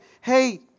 hey